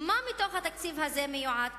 מה מתוך התקציב הזה מיועד,